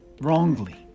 wrongly